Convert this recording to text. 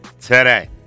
today